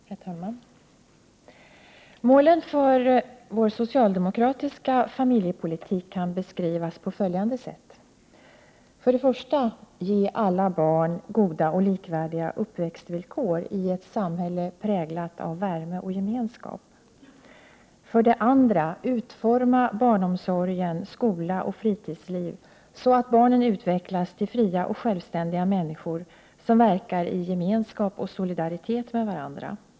Herr talman! Målen för vår socialdemokratiska familjepolitik kan beskrivas på följande sätt: - Ge alla barn goda och likvärdiga uppväxtvillkor i ett samhälle präglat av värme och gemenskap. = Utforma barnomsorgen, skolan och fritidslivet så att barnen utvecklas till fria och självständiga människor som verkar i gemenskap och solidaritet med varandra.